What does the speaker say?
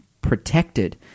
protected